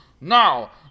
now